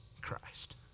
Christ